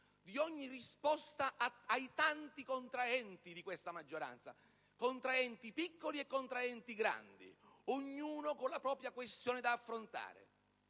di ogni risposta ai tanti contraenti di questa maggioranza (contraenti piccoli e grandi, ognuno con la propria questione da affrontare).